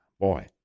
Boy